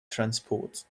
transport